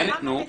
אבל למה לסלף.